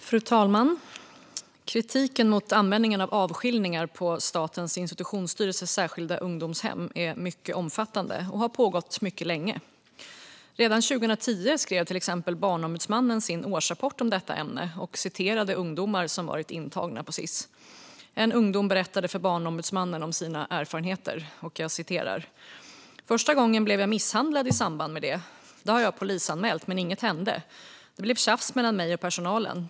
Fru talman! Kritiken mot användningen av avskiljningar på Statens institutionsstyrelses särskilda ungdomshem är mycket omfattande och har pågått mycket länge. Redan 2010 skrev till exempel Barnombudsmannen i sin årsrapport om detta ämne och citerade ungdomar som varit intagna på Sis. En av dessa berättade för Barnombudsmannen om sina erfarenheter: "Första gången blev jag misshandlad i samband med det. Det har jag polisanmält men inget hände. Det blev tjafs mellan mig och personalen.